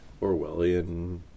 Orwellian